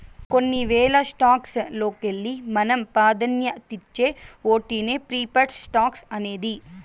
కొన్ని వేల స్టాక్స్ లోకెల్లి మనం పాదాన్యతిచ్చే ఓటినే ప్రిఫర్డ్ స్టాక్స్ అనేది